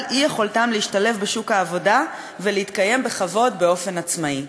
אי-יכולתם להשתלב בשוק העבודה ולהתקיים בכבוד באופן עצמאי.